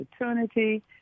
opportunity